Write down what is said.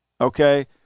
okay